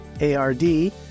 A-R-D